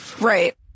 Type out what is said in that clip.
right